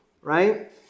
right